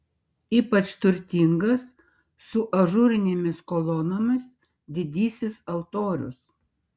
ypač turtingas su ažūrinėmis kolonomis didysis altorius